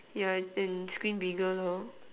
yeah and screen bigger lor